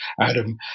Adam